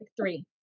Three